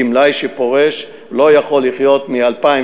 גמלאי שפורש לא יכול לחיות מ-2,000,